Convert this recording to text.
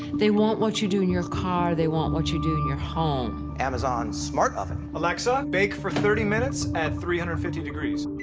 they want what you do in your car, they want what you do in your home. amazon smart oven. alexa, bake for thirty minutes at three hundred and fifty degrees.